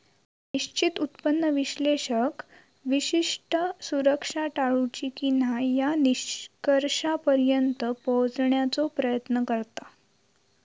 निश्चित उत्पन्न विश्लेषक विशिष्ट सुरक्षा टाळूची की न्हाय या निष्कर्षापर्यंत पोहोचण्याचो प्रयत्न करता